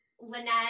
Lynette